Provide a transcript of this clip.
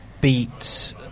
beat